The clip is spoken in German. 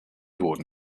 wurden